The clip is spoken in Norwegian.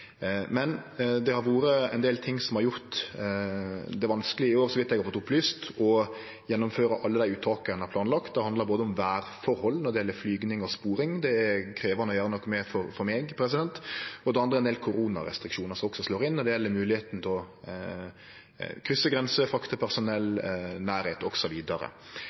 Men det har vore ein del ting som i år har gjort det vanskeleg, så vidt eg har fått opplyst, å gjennomføre alle dei uttaka som er planlagde. Det handlar om vêrforhold når det gjeld flyging og sporing, det er det krevjande for meg å gjere noko med. Det andre er ein del koronarestriksjonar som også slår inn når det gjeld moglegheita til å krysse grenser, frakte personell,